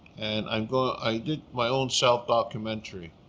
and um i did my own self-documentary